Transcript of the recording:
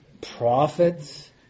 prophets